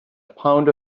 pound